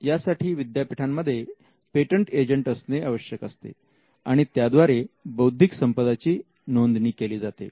यासाठी विद्यापीठांमध्ये patent agent असणे आवश्यक असते आणि त्याद्वारे बौद्धिक संपदा ची नोंदणी केली जाते